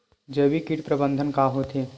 जैविक कीट प्रबंधन का होथे?